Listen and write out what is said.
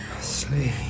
Sleep